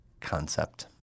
concept